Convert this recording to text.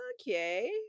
okay